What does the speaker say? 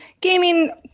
gaming